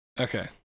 Okay